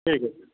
ঠিক আছে